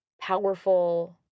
powerful